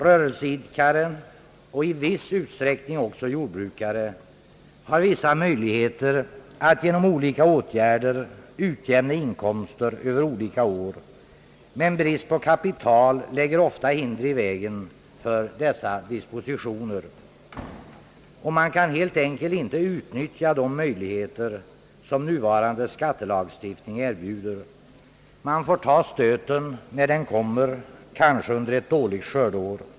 Rörelseidkare och i viss utsträckning också jordbrukare har vissa möjligheter att genom olika åtgärder utjämna inkomster över olika år, men brist på kapital lägger ofta hinder i vägen för dessa dispositioner. Man kan helt enkelt inte utnyttja de möjligheter som nuvarande skattelagstiftning erbjuder. Man får ta stöten när den kommer — kanske under ett dåligt skördeår.